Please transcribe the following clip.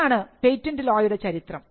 ഇതാണ് patent law യുടെ ചരിത്രം